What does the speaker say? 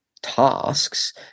Tasks